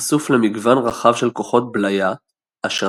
חשוף למגוון רחב של כוחות בליה אשר